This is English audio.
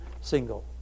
single